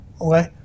okay